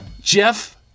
Jeff